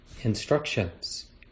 instructions